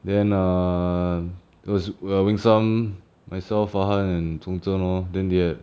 then err those we have winston myself farhan and zhongzhen lor then they had